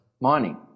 mining